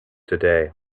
today